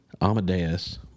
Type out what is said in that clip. Amadeus